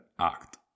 act